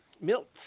Milt